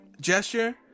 gesture